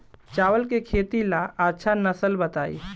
चावल के खेती ला अच्छा नस्ल बताई?